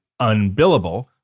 unbillable